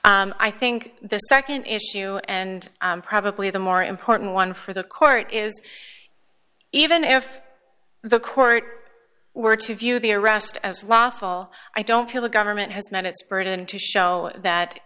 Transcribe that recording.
i think the nd issue and probably the more important one for the court is even if the court were to view the arrest as lawful i don't feel the government has met its burden to show that